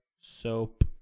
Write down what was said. soap